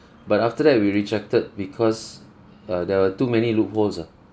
but after that we rejected because uh there were too many loopholes ah